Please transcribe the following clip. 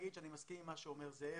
מסכים עם מה שאומר זאב.